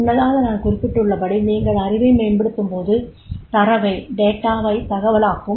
முன்னதாக நான் குறிப்பிட்டுள்ளபடி நீங்கள் அறிவை மேம்படுத்தும்போது தரவைத் தகவலாக்கும்